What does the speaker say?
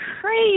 crazy